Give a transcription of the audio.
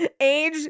Age